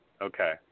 Okay